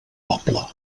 poble